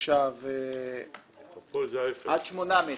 עכשיו --- עד שמונה מטר.